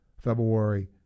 February